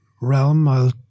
realm